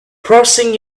crossing